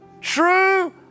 true